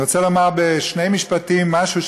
אני רוצה לומר בשני משפטים משהו,